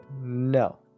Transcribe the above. No